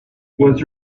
was